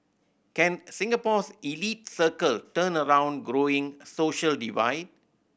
can Singapore's elite circle turn around growing social divide